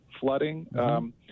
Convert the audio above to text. flooding